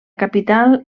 capital